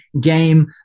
game